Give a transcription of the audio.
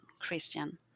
Christian